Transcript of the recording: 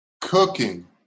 cooking